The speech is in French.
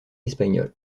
espagnol